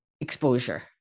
exposure